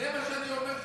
זה מה שאני אומר לך.